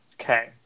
Okay